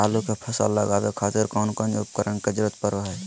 आलू के फसल लगावे खातिर कौन कौन उपकरण के जरूरत पढ़ो हाय?